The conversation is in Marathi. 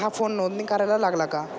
हा फोन नोंदणी कार्यालयाला लागला का